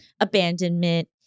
abandonment